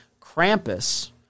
Krampus